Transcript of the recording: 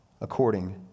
according